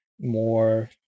more